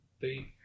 they-